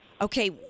okay